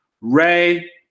Ray